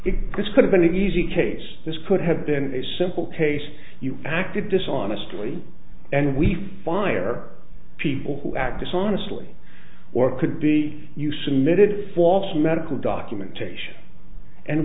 big this could have been an easy case this could have been a simple case you acted dishonestly and we fire people who act dishonestly or could be you submitted false medical documentation and